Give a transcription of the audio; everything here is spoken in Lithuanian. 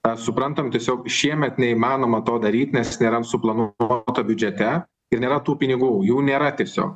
tą suprantam tiesiog šiemet neįmanoma to daryt nes nėra suplanuota biudžete ir nėra tų pinigų jų nėra tiesiog